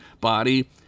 body